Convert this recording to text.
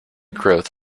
growth